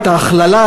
את ההכללה,